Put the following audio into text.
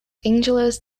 angeles